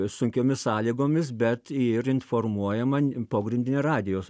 sunkiomis sąlygomis bet ir informuojama pogrindinio radijo